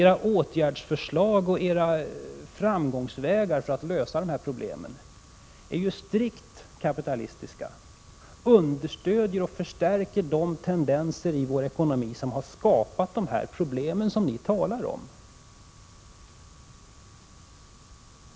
Era åtgärdsförslag och framgångsvägar för att lösa dessa problem är ju strikt kapitalistiska, och de understödjer och förstärker de tendenser i vår ekonomi som har skapat de problem som ni talar om.